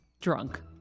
drunk